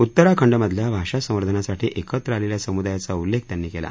उत्तराखंडमधल्या भाषा सवंधानासाठी एकत्र आलेल्या समुदायाचा उल्लेख त्यांनी केला